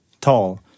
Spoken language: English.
tall